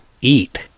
eat